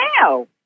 now